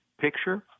picture